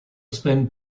spend